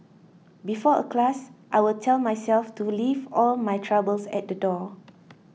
before a class I will tell myself to leave all my troubles at the door